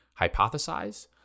hypothesize